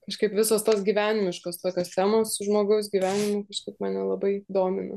kažkaip visos tos gyvenimiškos tokios temos žmogaus gyvenimu kažkaip mane labai domina